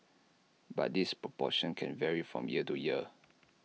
but this proportion can vary from year to year